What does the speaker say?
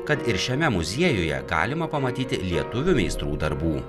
kad ir šiame muziejuje galima pamatyti lietuvių meistrų darbų